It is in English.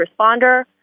Responder